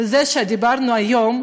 וזה שדיברנו היום,